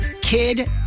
Kid